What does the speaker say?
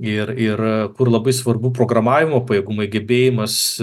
ir ir kur labai svarbu programavimo pajėgumai gebėjimas